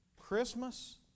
Christmas